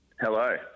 Hello